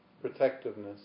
protectiveness